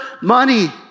money